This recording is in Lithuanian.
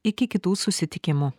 iki kitų susitikimų